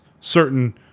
certain